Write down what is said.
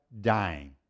dying